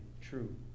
true